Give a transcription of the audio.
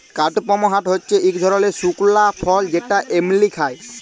কাদপমহাট হচ্যে ইক ধরলের শুকলা ফল যেটা এমলি খায়